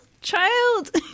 child